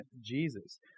Jesus